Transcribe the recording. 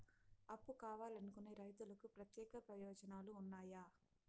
అప్పు కావాలనుకునే రైతులకు ప్రత్యేక ప్రయోజనాలు ఉన్నాయా?